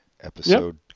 episode